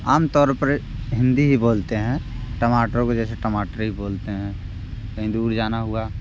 आमतौर पर हिंदी ही बोलते हैं टमाटर को जैसे टमाटर ही बोलते हैं कहीं दूर जाना हुआ